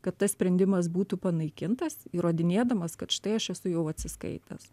kad tas sprendimas būtų panaikintas įrodinėdamas kad štai aš esu jau atsiskaitęs